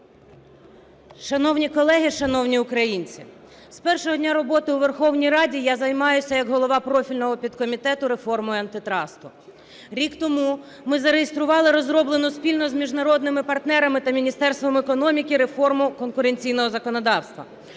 Шановні колеги! Шановні українці! З першого дня роботи у Верховній Раді я займаюся як голова профільного підкомітету реформою антитрасту. Рік тому ми зареєстрували розроблену спільно з міжнародними партнерами та Міністерством економіки реформу конкуренційного законодавства.